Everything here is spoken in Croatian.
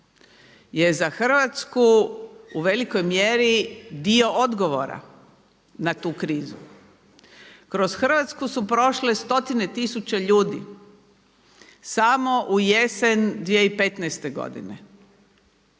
je za Hrvatsku u velikoj mjeri dio odgovora na tu krizu. Kroz Hrvatsku su prošle stotine tisuća ljudi samo u jesen 2015. godine.